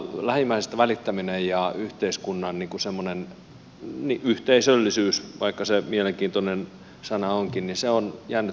lähimmäisestä välittäminen ja yhteiskunnan semmoinen yhteisöllisyys vaikka se mielenkiintoinen sana onkin ovat jääneet taka alalle